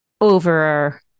over